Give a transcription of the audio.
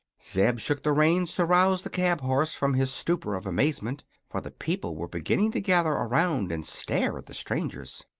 zeb shook the reins to rouse the cab-horse from his stupor of amazement, for the people were beginning to gather around and stare at the strangers.